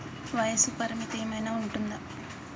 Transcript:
వయస్సు పరిమితి ఏమైనా ఉంటుందా?